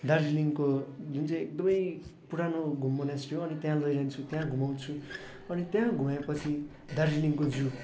दार्जिलिङको जुन चाहिँ एकदमै पुरानो घुम मोनास्ट्री हो अनि त्यहाँ लैजान्छु त्यहाँ घुमाउँछु अनि त्यहाँ घुमाएपछि दार्जिलिङको जू